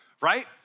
right